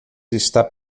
está